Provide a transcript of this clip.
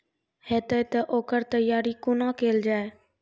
हेतै तअ ओकर तैयारी कुना केल जाय?